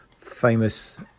famous